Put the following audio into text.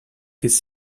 his